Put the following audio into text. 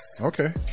Okay